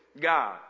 God